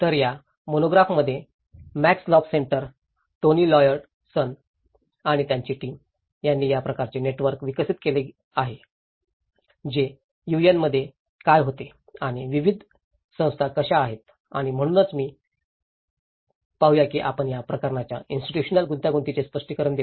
तर त्या मोनोग्राफ मध्ये Max Lock Centre Tony Lloyd Jones आणि त्यांची टीम यांनी या प्रकारचे नेटवर्क विकसित केले आहे जे यूएन मध्ये काय होते आणि विविध विविध संस्था कशा आहेत आणि म्हणूनच मी पाहूया की आपण या प्रकारच्या इन्स्टिट्यूशनल गुंतागुंतीचे स्पष्टीकरण देऊ